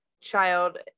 child